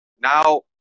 Now